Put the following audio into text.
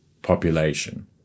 population